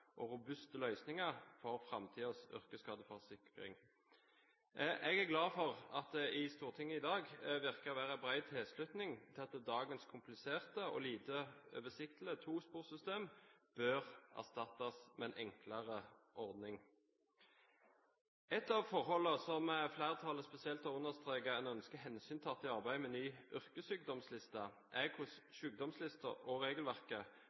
og robuste løsninger for framtidas yrkesskadeforsikring. Jeg er glad for at det i Stortinget i dag ser ut til å være bred tilslutning til at dagens kompliserte og lite oversiktlige tosporsystem bør erstattes med en enklere ordning. Ett av forholdene som flertallet spesielt har understreket at en ønsker hensyntatt i arbeidet med ny yrkessykdomsliste, er hvordan sykdomslister og